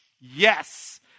yes